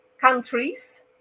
countries